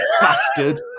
bastard